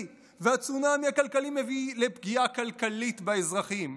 והצונאמי הכלכלי מביא לפגיעה כלכלית באזרחים".